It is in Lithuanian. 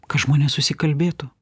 kad žmonės susikalbėtų